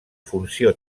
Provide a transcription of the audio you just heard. funció